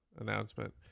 announcement